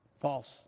False